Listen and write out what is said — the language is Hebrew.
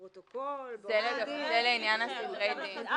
בחוק הכניסה לישראל,